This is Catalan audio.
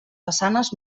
façanes